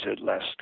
last